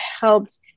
helped